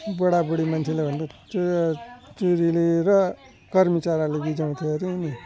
बुढा बुढी मान्छेले भन्थ्यो जुरे जुरेली र कर्मी चराले गिज्याउँथ्यो अरे नि